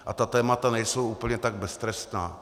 A ta témata nejsou úplně tak beztrestná.